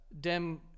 Dem